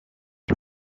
die